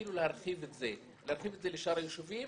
ואפילו להרחיב את זה לשאר היישובים.